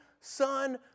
Son